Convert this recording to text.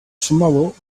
tomorrow